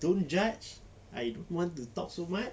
don't judge I don't want to talk so much